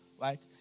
right